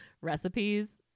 recipes